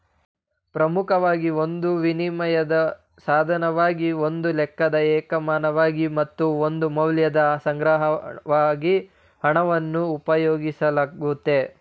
ಪ್ರಮುಖವಾಗಿ ಒಂದು ವಿನಿಮಯದ ಸಾಧನವಾಗಿ ಒಂದು ಲೆಕ್ಕದ ಏಕಮಾನವಾಗಿ ಮತ್ತು ಒಂದು ಮೌಲ್ಯದ ಸಂಗ್ರಹವಾಗಿ ಹಣವನ್ನು ಉಪಯೋಗಿಸಲಾಗುತ್ತೆ